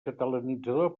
catalanitzador